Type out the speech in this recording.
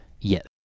Yes